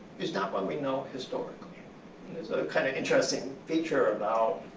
he's not one we know historically. and there's a kind of interesting feature about